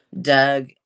Doug